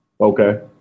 Okay